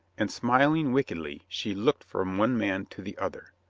and, smiling wickedly, she looked from one man to the other.